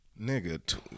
Nigga